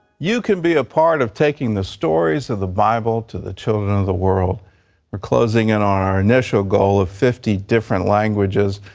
you can be a part of taking the stories of the bible to the children ah of the world we're closing in on our initial goal of fifty different languages,